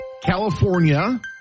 California